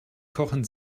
kochen